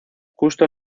justo